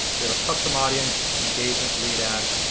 we have a custom audience, engagement, lead ad,